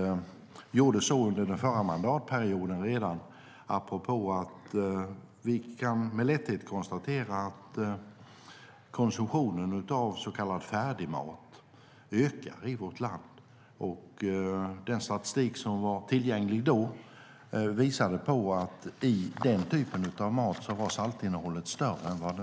Jag gjorde så redan under förra mandatperioden apropå att vi med lätthet kan konstatera att konsumtionen av så kallad färdigmat ökar i vårt land. Den statistik som var tillgänglig visade att saltinnehållet var större i den typen av mat